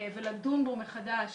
ודיון בו מחדש